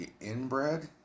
inbred